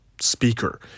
speaker